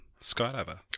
skydiver